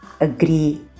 agree